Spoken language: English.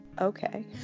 okay